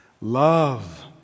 love